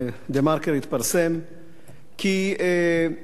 כי שי טלמון,